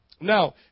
Now